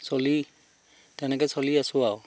চলি তেনেকৈয়ে চলি আছো আৰু